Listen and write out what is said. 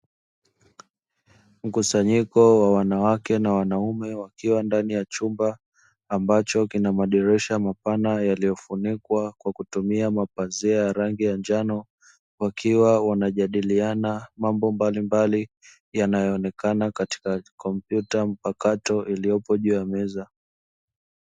Mkusanyiko wa wanawake na wanaume wakiwa ndani ya chumba ambacho kina madirisha mapana yaliyo funikwa kwa kutumia mapazia ya rangi ya njano, wakiwa wanajadiliana mambo mbalimbali yanayo onekana katika kompyuta mpakato iliyopo juu ya meza.